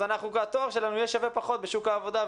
אז התואר שלנו יהיה שווה בשוק העבודה.